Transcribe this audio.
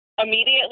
Immediately